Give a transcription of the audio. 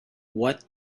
what